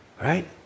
right